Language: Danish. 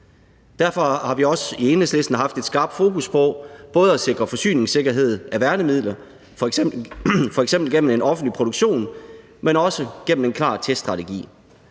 Derfor har vi også i Enhedslisten haft et skarpt fokus på at sikre forsyningssikkerhed for værnemidler, f.eks. gennem en offentlig produktion, men også igennem en klar teststrategi